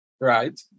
Right